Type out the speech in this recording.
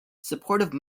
supportive